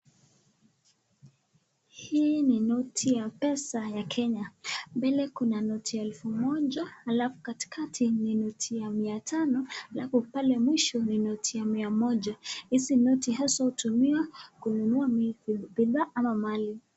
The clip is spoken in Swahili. Hii ni noti ya pesa ya Kenya mbele kuna elfu moja alafu katikati ni noti ya mia tano, alafu pale mwisho ni noti ya mia moja hizi noti hutumika kununua bidhaa ama mali.